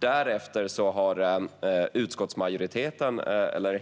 Därefter har